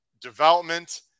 development